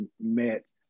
met